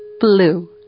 blue